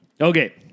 Okay